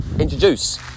introduce